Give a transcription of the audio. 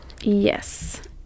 yes